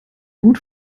gut